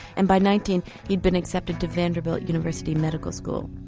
and by nineteen he had been accepted to vanderbilt university medical school.